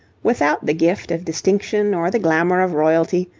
without the gift of distinction or the glamour of royalty,